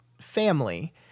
family